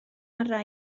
arna